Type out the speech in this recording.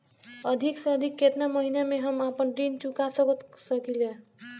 अधिक से अधिक केतना महीना में हम आपन ऋण चुकता कर सकी ले?